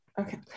Okay